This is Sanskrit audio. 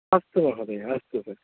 अस्तु महोदय अस्तु तर्हि